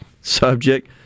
subject